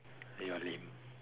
you are lame